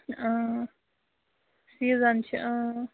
اۭں season چھِ اۭں